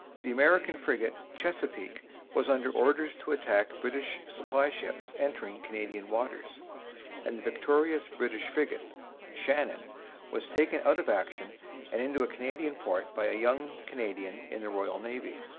the american frigate chesapeake was under orders to attack british supply-ships entering canadian waters and the victorious british frigate shannon was taken out of action and into a canadian port by a young canadian in the royal navy.